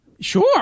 Sure